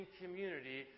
community